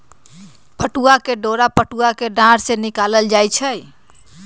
पटूआ के डोरा पटूआ कें डार से निकालल जाइ छइ